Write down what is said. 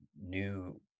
new